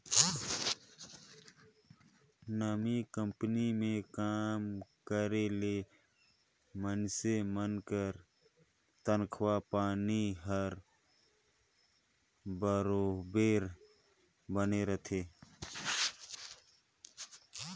नामी कंपनी में काम करे ले मइनसे मन कर तनखा पानी हर बरोबेर बने रहथे